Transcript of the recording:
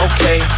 Okay